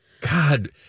God